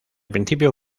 principio